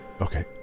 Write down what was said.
Okay